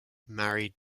married